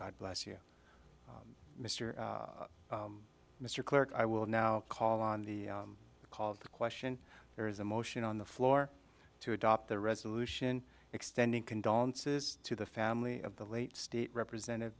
god bless you mister mr clerk i will now call on the called question there is a motion on the floor to adopt the resolution extending condolences to the family of the late state representative